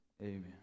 Amen